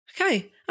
Okay